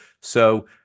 So-